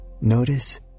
notice